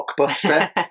blockbuster